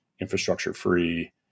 infrastructure-free